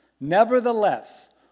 Nevertheless